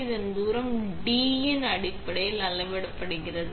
இந்த தூரம் D இன் அடிப்படையில் அளவிடப்படுகிறது